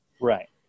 right